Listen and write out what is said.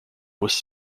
was